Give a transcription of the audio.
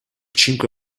cinque